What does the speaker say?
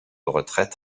retraite